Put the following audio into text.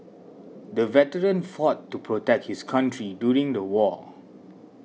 the veteran fought to protect his country during the war